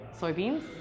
soybeans